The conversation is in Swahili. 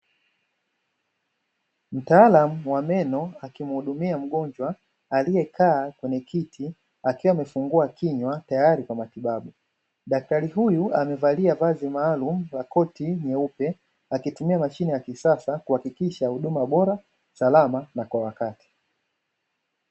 Mtaalamu wa meno akimuhudumia mgonjwa aliekaa kwenye kiti akiwa amefungua kinywa tayari kwa matibabu. Daktari huyu amevalia vazi maalumu la koti nyeupe akitumia mashine ya kisasa kuhakikisha huduma bora, salama na kwa wakati.